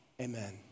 amen